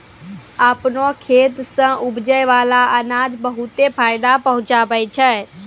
आपनो खेत सें उपजै बाला अनाज बहुते फायदा पहुँचावै छै